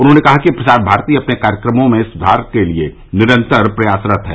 उन्होंने कहा कि प्रसार भारती अपने कार्यक्रमों में सुधार के लिए निरंतर प्रयासरत है